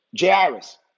Jairus